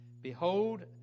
Behold